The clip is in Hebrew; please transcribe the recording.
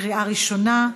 לקריאה ראשונה,